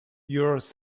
yours